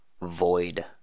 void